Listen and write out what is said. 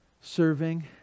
serving